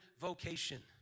vocation